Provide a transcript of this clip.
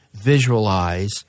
visualize